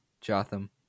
Jotham